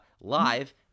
live